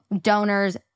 donors